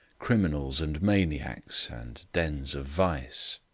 criminals and maniacs, and dens of vice.